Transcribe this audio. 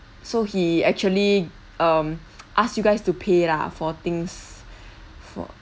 so he actually um ask you guys to pay lah for things for